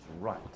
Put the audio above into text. right